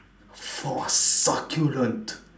for succulent